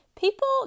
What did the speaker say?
People